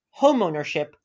homeownership